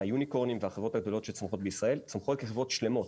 מהיוניקורנים ומהחברות הגדולות שצומחות בישראל צומחות לסביבות שלמות,